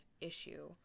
issue